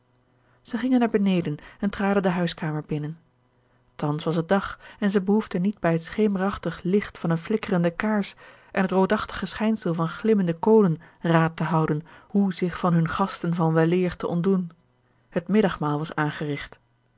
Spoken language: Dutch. zij gingen naar beneden en traden de huiskamer binnen thans was het dag en zij behoefden niet bij het schemerachtige licht van eene flikkerende kaars en het roodachtige schijnsel van glimmende kolen raad te houden hoe zich van hunne gasten van weleer te ontdoen het middagmaal was aangerigt